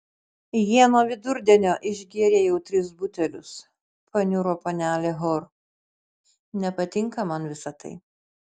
jie nuo vidurdienio išgėrė jau tris butelius paniuro panelė hor nepatinka man visa tai